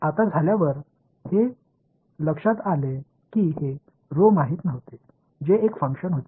आता झाल्यावर हे लक्षात आले की हे ऱ्हो माहित नव्हते जे एक फंक्शन होते